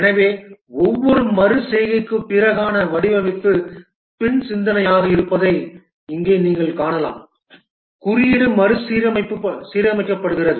எனவே ஒவ்வொரு மறு செய்கைக்குப் பிறகான வடிவமைப்பு பின் சிந்தனையாக இருப்பதை இங்கே நீங்கள் காணலாம் குறியீடு மறுசீரமைக்கப்படுகிறது